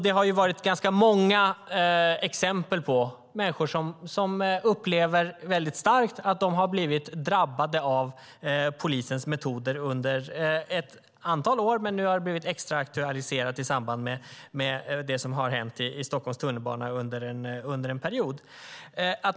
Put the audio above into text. Det har varit ganska många exempel på människor som upplever väldigt starkt att de har blivit drabbade av polisens metoder under ett antal år, men det har blivit extra aktualiserat i samband med det som har hänt i Stockholms tunnelbana under en period.